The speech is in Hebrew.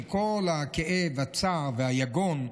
עם כל הכאב והצער והיגון,